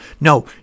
No